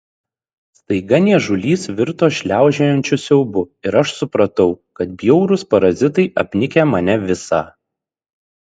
staiga niežulys virto šliaužiojančiu siaubu ir aš supratau kad bjaurūs parazitai apnikę mane visą